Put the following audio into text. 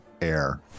air